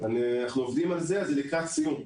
אנחנו עובדים על זה וזה לקראת סיום.